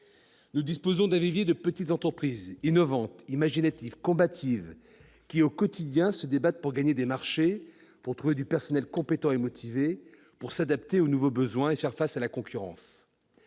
Nous disposons d'un vivier de petites entreprises, innovantes, imaginatives, combatives, qui se débattent au quotidien pour gagner des marchés, trouver du personnel compétent et motivé, s'adapter aux nouveaux besoins et faire face à la concurrence.